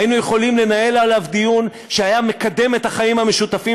היינו יכולים לנהל עליו דיון שהיה מקדם את החיים המשותפים